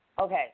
okay